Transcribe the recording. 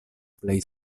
plej